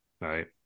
right